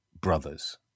brothers